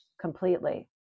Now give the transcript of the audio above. completely